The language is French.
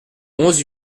onze